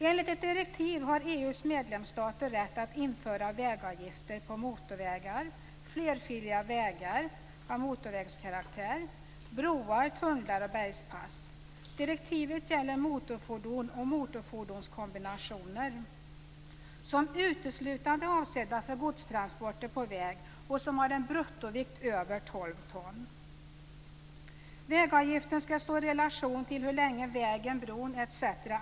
Enligt ett direktiv har EU:s medlemsstater rätt att införa vägavgifter på motorvägar, flerfiliga vägar av motorvägskaraktär, broar, tunnlar och bergspass. ton. Vägavgiften skall stå i relation till hur länge vägen, bron etc.